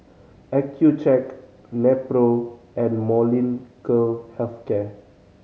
Accucheck Nepro and Molnylcke Health Care